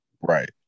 right